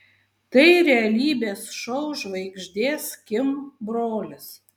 tai realybės šou žvaigždės kim brolis